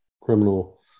criminal